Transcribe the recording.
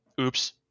oops